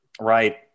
Right